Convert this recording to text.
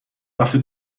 رفته